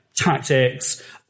tactics